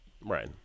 Right